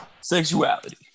sexuality